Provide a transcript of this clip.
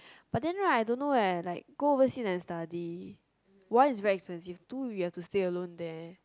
but then right I don't know leh like go overseas and study one is expensive two is you have to stay alone there